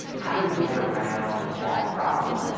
how do we get around that problem?